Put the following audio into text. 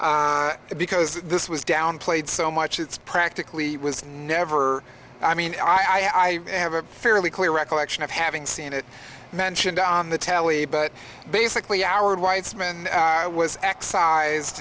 because this was downplayed so much it's practically was never i mean i i have a fairly clear recollection of having seen it mentioned on the telly but basically our weitzman was excised